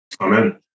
Amen